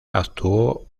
actuó